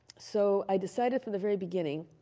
so, i decided from the very beginning